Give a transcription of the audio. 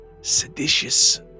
seditious